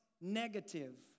negative